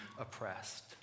oppressed